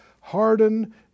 harden